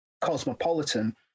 cosmopolitan